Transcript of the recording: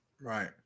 Right